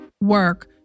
work